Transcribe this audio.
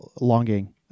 longing